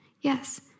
Yes